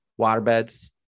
waterbeds